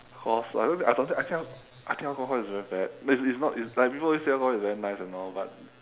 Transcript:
cause I don't I don't think I cannot I think alcohol is very bad it's it's it's not like people always say alcohol is very nice and all but